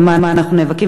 על מה אנחנו נאבקים,